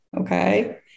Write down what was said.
okay